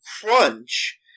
crunch